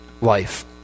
life